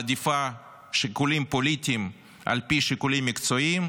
מעדיפה שיקולים פוליטיים על פני שיקולים מקצועיים,